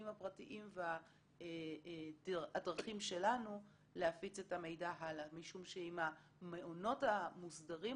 הפרטיים והדרכים שלנו להפיץ את המידע הלאה משום שעם המעונות המוסדרים,